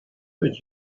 but